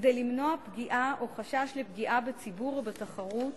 כדי למנוע פגיעה או חשש לפגיעה בציבור או בתחרות,